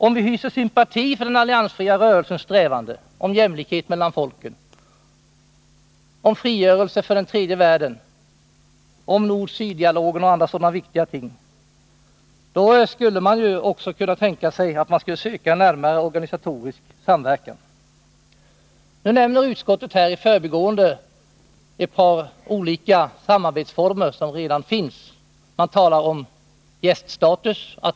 Om vi hyser sympati för den alliansfria rörelsens strävanden — i fråga om jämlikhet mellan folken, frigörelse för den tredje världen, nord-syd-dialogen och andra sådana viktiga ting — skulle man också kunna tänka sig att söka en närmare organisatorisk samverkan. Utskottet nämner i förbigående ett par olika samarbetsformer som redan finns. Man talar om gäststatus.